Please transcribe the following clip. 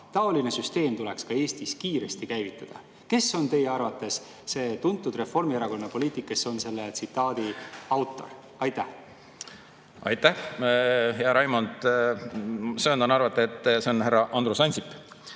Taoline süsteem tuleks ka Eestis kiiresti käivitada." Kes on teie arvates see tuntud Reformierakonna poliitik, kes on selle tsitaadi autor? Aitäh, hea Raimond! Söandan arvata, et see on härra Andrus Ansip.